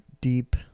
deep